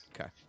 Okay